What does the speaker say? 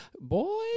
boy